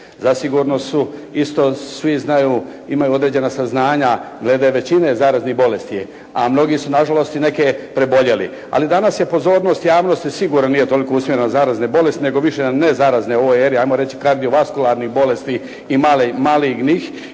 Zasigurno su isto svi znaju imaju određena saznanja glede većine zaraznih bolesti, a mnogi su na žalost i neke preboljeli, ali danas je pozornost javnosti sigurno nije toliko usmjerena na zarazne bolesti nego više na ne zarazne, ovo je … /Govornik se ne razumije./ … kardiovaskularnih bolesti i malignih